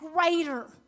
greater